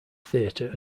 theater